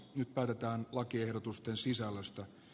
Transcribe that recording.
nyt päätetään lakiehdotusten sisällöstä